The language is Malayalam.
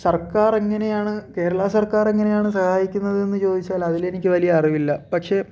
സർക്കാർ എങ്ങനെയാണ് കേരള സർക്കാർ എങ്ങനെയാണ് സഹായിക്കുന്നതെന്ന് ചോദിച്ചാൽ അതിൽ എനിക്ക് വലിയ അറിവില്ല പക്ഷേ